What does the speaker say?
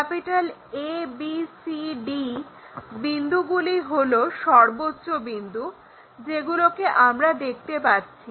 ABCD বিন্দুগুলি হলো সর্বোচ্চ বিন্দু যেগুলোকে আমরা দেখতে পাচ্ছি